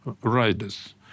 riders